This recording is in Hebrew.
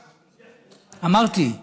חאג'